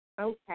Okay